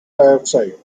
dioxide